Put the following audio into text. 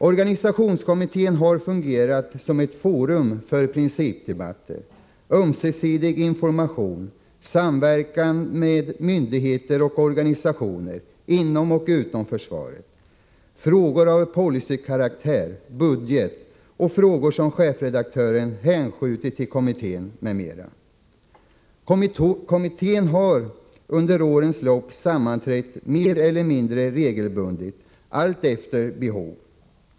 Organisationskommittén har fungerat som ett forum för principdebatter, ömsesidig information, samverkan med myndigheter och organisationer inom och utom försvaret, frågor av policykaraktär, budget och frågor som chefredaktören hänskjutit till kommittén m.m. Kommittén har under årens lopp sammanträtt mer eller mindre regelbundet — alltefter behov.